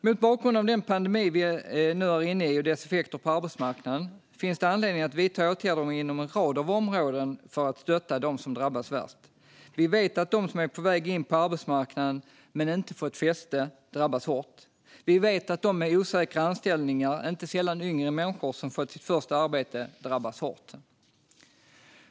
Mot bakgrund av den pandemi vi nu är inne i och dess effekter på arbetsmarknaden finns det anledning att vidta åtgärder inom en rad områden för att stötta dem som drabbas värst. Vi vet att de som är på väg in på arbetsmarknaden men inte fått fäste drabbas hårt. Vi vet att de med osäkra anställningar, inte sällan yngre människor som har fått sitt första arbete, drabbas hårt.